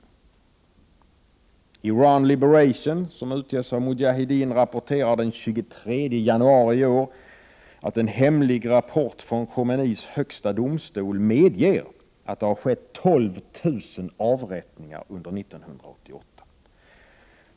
Iran Liberation, som utges av mujahedin, rapporterar den 23 januari i år att en hemlig rapport från Khomeinis högsta domstol medger att det har skett 12 000 avrättningar under 1988.